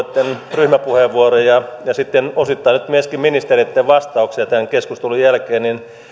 erityisesti hallituspuolueitten ryhmäpuheenvuoroja ja ja sitten osittain nyt myöskin ministereitten vastauksia tämän keskustelun jälkeen niin